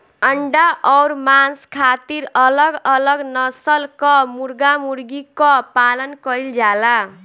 अंडा अउर मांस खातिर अलग अलग नसल कअ मुर्गा मुर्गी कअ पालन कइल जाला